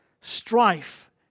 strife